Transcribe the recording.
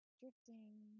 Drifting